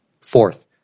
Fourth